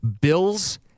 Bills